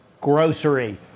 Grocery